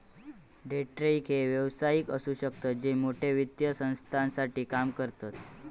day trader हे व्यावसायिक असु शकतत जे मोठ्या वित्तीय संस्थांसाठी काम करतत